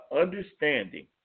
understanding